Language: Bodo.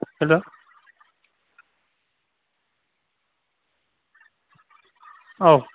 हेलौ औ